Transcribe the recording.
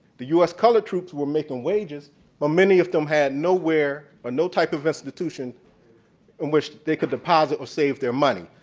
the u s. colored troops were making wages while many of them had nowhere or no type of institution in which they could deposit or save their money.